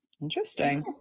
Interesting